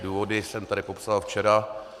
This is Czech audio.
Důvody jsem tady popsal včera.